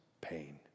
pain